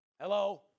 Hello